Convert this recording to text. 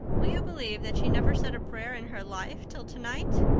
will you believe that she never said a prayer in her life till tonight?